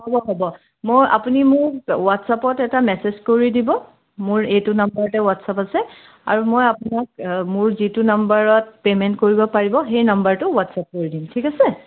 হ'ব হ'ব মোক আপুনি মোক হোৱাটচআপত এটা মেছেজ কৰি দিব মোৰ এইটো নাম্বাৰতে হোৱাটচআপ আছে আৰু মই আপোনাক মোৰ যিটো নাম্বাৰত পে'মেণ্ট কৰিব পাৰিব সেই নাম্বাৰটো হোৱাটচআপ কৰি দিম ঠিক আছে